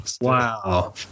Wow